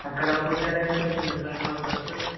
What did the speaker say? అక్కడ ఫుడ్ అనేది కొంచెం డిఫరెంట్గా ఉంటుంది సార్